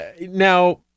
now